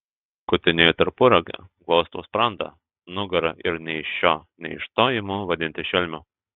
kutinėju tarpuragę glostau sprandą nugarą ir nei iš šio nei iš to imu vadinti šelmiu